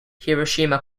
hiroshima